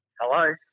Hello